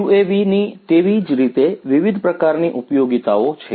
UAVs ની તેવી જ રીતે વિવિધ પ્રકારની ઉપયોગીતાઓ છે